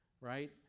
Right